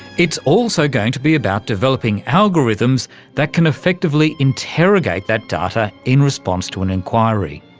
it's also going to be about developing algorithms that can effectively interrogate that data in response to an inquiry.